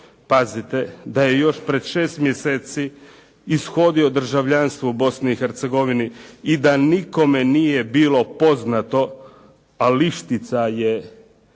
pazite, da je još pred 6 mjeseci ishodio državljanstvo u Bosni i Hercegovini i da nikome nije bilo poznato, a Lištica je,